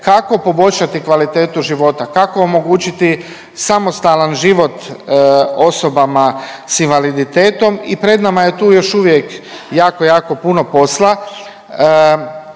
kako poboljšati kvalitetu života, kako omogućiti samostalan život osobama s invaliditetom i pred nama je tu još uvijek jako, jako puno posla.